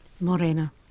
Morena